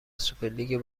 سوپرلیگ